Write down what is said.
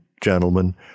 gentlemen